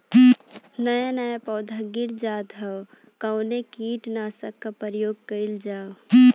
नया नया पौधा गिर जात हव कवने कीट नाशक क प्रयोग कइल जाव?